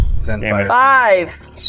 five